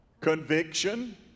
Conviction